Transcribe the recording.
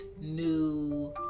new